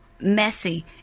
messy